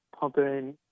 pumping